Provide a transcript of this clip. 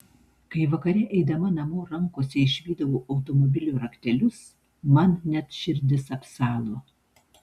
kai vakare eidama namo rankose išvydau automobilio raktelius man net širdis apsalo